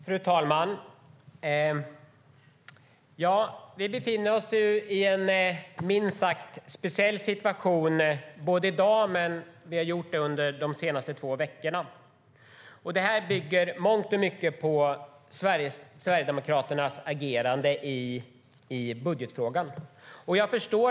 Fru talman! Vi befinner oss ju i en minst sagt speciell situation både i dag och under de senaste två veckorna. Det bygger i mångt och mycket på Sverigedemokraternas agerande i budgetfrågan.